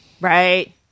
Right